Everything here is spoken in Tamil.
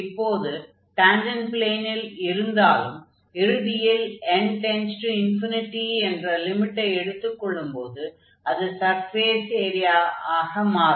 இப்போது டான்ஜன்ட் ப்ளேனில் இருந்தாலும் இறுதியில் n→∞ என்ற லிமிட்டை எடுத்துக் கொள்ளும்போது அது சர்ஃபேஸ் ஏரியா ஆக மாறும்